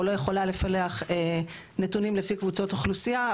לא יכולה לפלח נתונים לפי קבוצות אוכלוסייה.